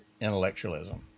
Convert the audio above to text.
intellectualism